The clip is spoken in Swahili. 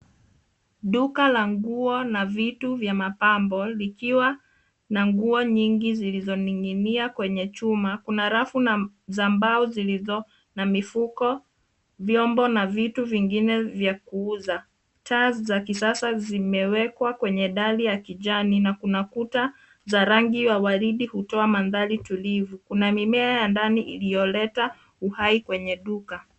Duka la nguo na vitu vya mapambo likiwa na nguo nyingi zilizoning'inia kwenye chuma. Kuna rafu za mbao zilizo na mifuko, vyombo na vitu vingine vya kuuza. Taa za kisasa zimewekwa kwenye dari ya kijani na kuna kuta za rangi ya waridi hutoa mandhari tulivu. Kuna mimea ya ndani iliyoleta uhai kwenye duka.